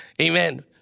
Amen